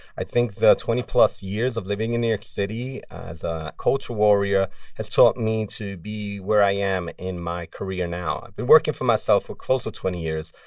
i think the twenty plus years of living in new york city as a culture warrior has taught me to be where i am in my career now i've been working for myself for close to twenty years,